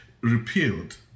repealed